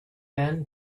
man